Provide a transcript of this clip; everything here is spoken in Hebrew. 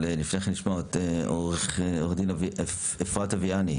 אבל לפני כן נשמע את עו"ד אפרת אביאני,